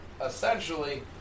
Essentially